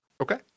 Okay